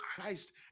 Christ